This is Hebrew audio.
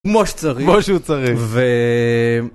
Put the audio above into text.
כמו שצריך, כמו שהוא צריך.